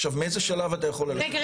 עכשיו מאיזה שלב אתה יכול --- רגע,